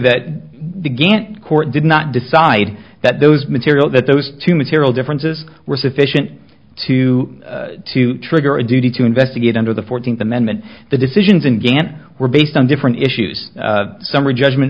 that the gant court did not decide that those material that those two material differences were sufficient to to trigger a duty to investigate under the fourteenth amendment the decisions in gant were based on different issues summary judgment